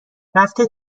رفته